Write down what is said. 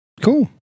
Cool